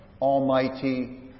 Almighty